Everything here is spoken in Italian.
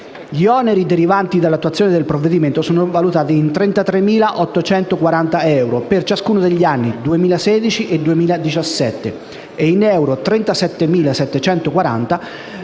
Gli oneri derivanti dall'attuazione del provvedimento sono valutati in 33.840 euro per ciascuno degli anni 2016 e 2017 e in 37.740 euro